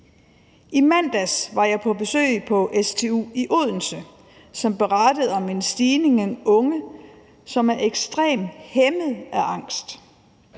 I mandags var jeg på besøg på stu i Odense, som berettede om en stigning i unge, som er ekstremt hæmmet af angst.